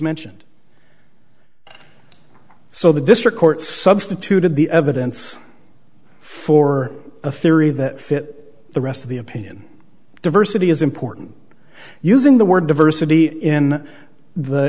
mentioned so the district court substituted the evidence for a theory that the rest of the opinion diversity is important using the word diversity in the